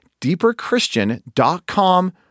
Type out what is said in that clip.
deeperchristian.com